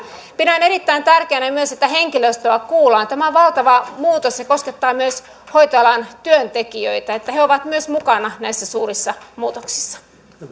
pidän erittäin tärkeänä myös että henkilöstöä kuullaan tämä valtava muutos koskettaa myös hoitoalan työntekijöitä että he ovat mukana näissä suurissa muutoksissa